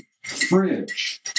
fridge